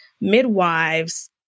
midwives